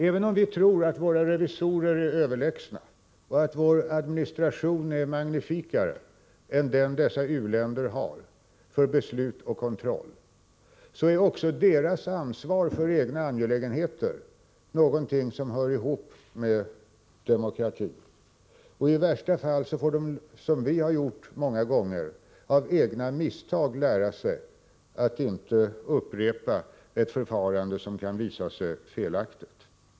Även om vi tror att våra revisorer är överlägsna och att vår administration är överlägsen den dessa u-länder har för beslut och kontroll, så är också deras ansvar för egna angelägenheter något som hör ihop med demokratin. I värsta fall får de, som vi har gjort många gånger, av egna misstag lära sig att inte upprepa ett förfarande som visar sig felaktigt.